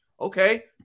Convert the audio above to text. Okay